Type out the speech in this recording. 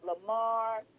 Lamar